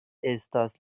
estas